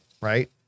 Right